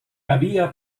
había